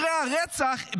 מקרי הרצח,